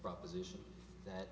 proposition that